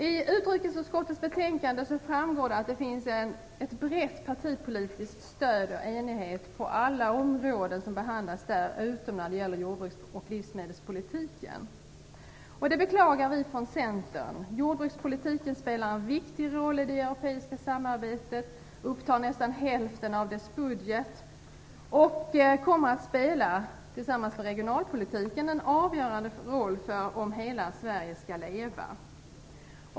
I utrikesutskottets betänkande framgår att det finns ett brett partipolitiskt stöd och en enighet på alla områden utom när det gäller jordbruks och livsmedelspolitiken. Det beklagar vi från Centern. Jordbrukspolitiken spelar en viktig roll i det europeiska samarbetet och upptar nästan hälften av dess budget och kommer att spela, tillsammans med regionalpolitiken, en avgörande roll för om hela Sverige skall leva.